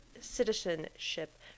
citizenship